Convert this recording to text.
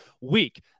week